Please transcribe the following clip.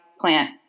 plant